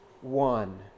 one